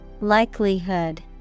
Likelihood